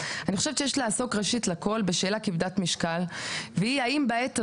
יש לעסוק קודם כול בשאלת כבדת משקל והיא האם בעת הזו,